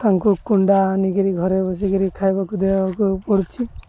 ତାଙ୍କୁ କୁଣ୍ଡା ଆନିକିରି ଘରେ ବସିକିରି ଖାଇବାକୁ ଦେବାକୁ ପଡ଼ୁଛି